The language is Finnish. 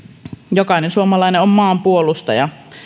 jokainen suomalainen on maanpuolustaja